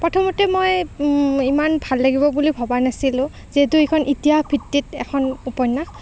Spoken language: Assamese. প্ৰথমতে মই ইমান ভাল লাগিব বুলি ভবা নাছিলোঁ যিহেতু এইখন ইতিহাস ভিত্তিক এখন উপন্যাস